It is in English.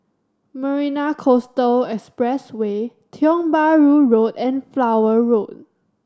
Marina Coastal Expressway Tiong Bahru Road and Flower Road